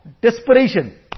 desperation